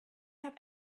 have